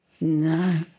No